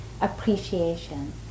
appreciation